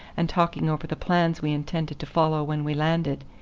and talking over the plans we intended to follow when we landed,